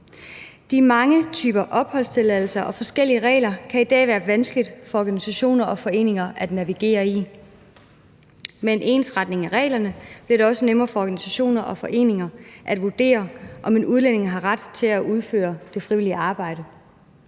De mange typer opholdstilladelser og forskellige regler kan i dag være vanskelige for organisationer og foreninger at navigere i. Med en ensretning af reglerne bliver det også nemmere for organisationer og foreninger at vurdere, om en udlænding har ret til at udføre det frivillige arbejde.